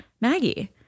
Maggie